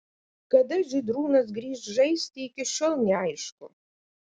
kada žydrūnas grįš žaisti iki šiol neaišku